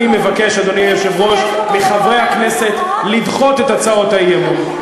אני מבקש מחברי הכנסת לדחות את הצעות האי-אמון.